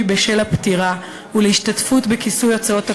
בשל הפטירה ולהשתתפות בכיסוי הוצאות הקבורה,